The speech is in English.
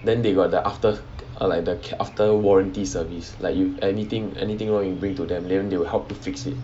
then they got the after like the after warranty service like if anything anything wrong you bring to them then they will help to fix it